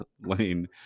lane